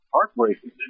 Heartbreaking